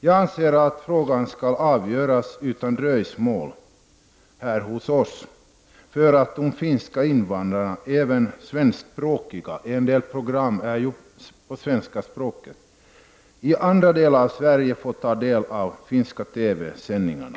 Jag anser att frågan skall avgöras utan dröjsmål här hos oss för att de finska invandrarna, även de svenskspråkiga — en del program är ju på svenska språket — i andra delar av Sverige skall få ta del av de finska TV sändningarna.